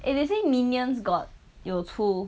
eh they say minions got 有出